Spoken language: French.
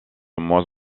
moins